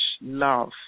love